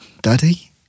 Daddy